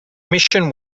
mission